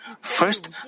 First